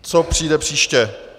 Co přijde příště?